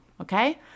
Okay